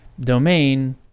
domain